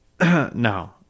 No